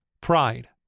pride